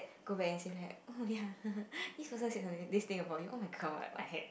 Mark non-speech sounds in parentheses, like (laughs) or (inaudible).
go back and say like oh ya (laughs) this person said something this thing about you oh-my-god what the heck